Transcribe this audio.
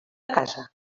casa